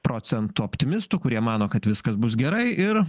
procentų optimistų kurie mano kad viskas bus gerai ir